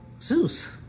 Zeus